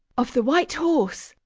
of the white horse!